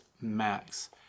max